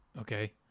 Okay